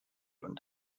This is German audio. und